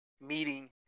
meeting